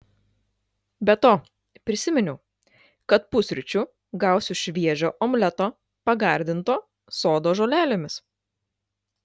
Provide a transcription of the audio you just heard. be to prisiminiau kad pusryčių gausiu šviežio omleto pagardinto sodo žolelėmis